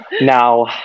Now